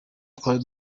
twari